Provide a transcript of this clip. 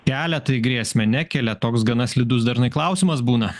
kelia tai grėsmę nekelia toks gana slidus dažnai klausimas būna